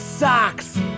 Socks